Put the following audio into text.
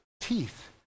teeth